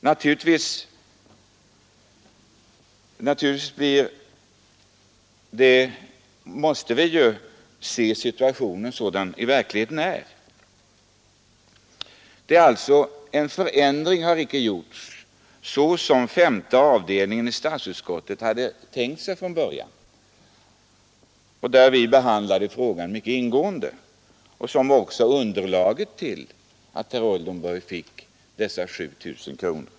Naturligtvis måste vi se situationen sådan den verkligen är. En förändring har inte skett på det sätt som statsutskottets femte avdelning från början tänkte sig, när den behandlade frågan mycket ingående och skapade underlag för att Oldenburg fick dessa 7 000 kronor.